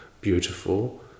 beautiful